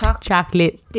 chocolate